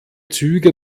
züge